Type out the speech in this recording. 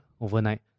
overnight